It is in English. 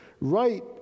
right